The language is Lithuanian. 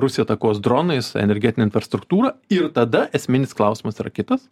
rusija atakuos dronais energetinę infrastruktūrą ir tada esminis klausimas yra kitas